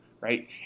right